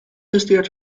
resteert